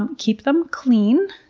um keep them clean.